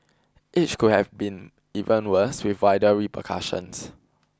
each could have been even worse with wider repercussions